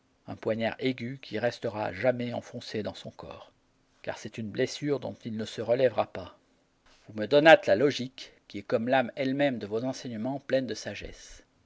un poignard aigu qui restera à jamais enfoncé dans son corps car c'est une blessure dont il ne se relèvera pas vous me donnâtes la logique qui est comme l'âme elle-même de vos enseignements pleine de sagesse